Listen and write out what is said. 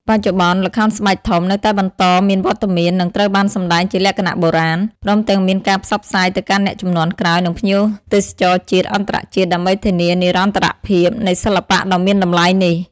បច្ចុប្បន្ន ល្ខោនស្បែកធំនៅតែបន្តមានវត្តមាន និងត្រូវបានសម្ដែងជាលក្ខណៈបុរាណ ព្រមទាំងមានការផ្សព្វផ្សាយទៅកាន់អ្នកជំនាន់ក្រោយ និងភ្ញៀវទេសចរជាតិ-អន្តរជាតិ ដើម្បីធានានិរន្តរភាពនៃសិល្បៈដ៏មានតម្លៃនេះ ។